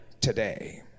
today